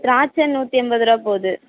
திராட்சை நூற்று ஐம்பது ரூபாய் போகுது